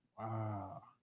wow